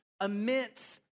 immense